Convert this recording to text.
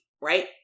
right